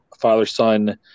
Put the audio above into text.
father-son